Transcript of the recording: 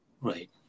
Right